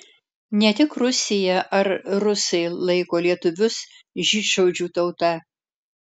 ne tik rusija ar rusai laiko lietuvius žydšaudžių tauta